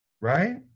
right